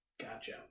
Gotcha